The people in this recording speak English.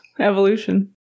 evolution